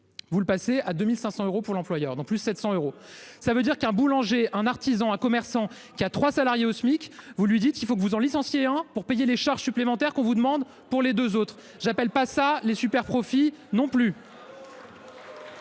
Vous le passer à 2500 euros pour l'employeur dans plus 700 euros ça veut dire qu'un boulanger, un artisan, un commerçant qui a trois salariés au SMIC, vous lui dites qu'il faut que vous en licenciez hein pour payer les charges supplémentaires qu'on vous demande pour les deux autres j'appelle pas ça les superprofits non plus.